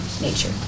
nature